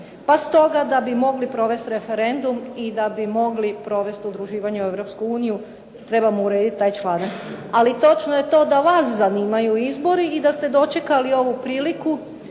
Pa stoga da bi mogli provesti referendum i da bi mogli provesti udruživanje u Europsku uniju trebamo urediti taj članak. Ali točno je to da vas zanimaju izbori i da ste dočekali ovu priliku